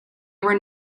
were